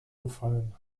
gefallen